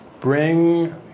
Bring